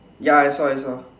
ya I saw I saw